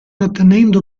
ottenendo